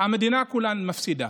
המדינה כולה מפסידה.